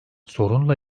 sorunla